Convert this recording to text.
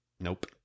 nope